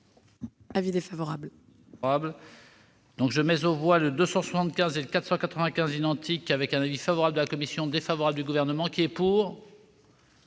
Avis défavorable.